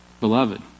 beloved